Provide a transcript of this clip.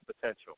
potential